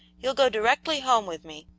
you'll go directly home with me,